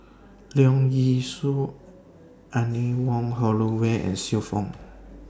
Leong Yee Soo Anne Wong Holloway and Xiu Fang